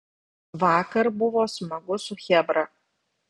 vakar buvo smagu su chebra